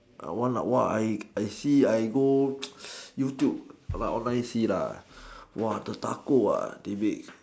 I want !whoa! I I see I go YouTube I go online see !whoa! the taco they make